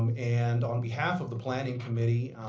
and and on behalf of the planning committee,